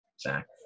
Zach